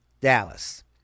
Dallas